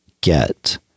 get